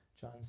John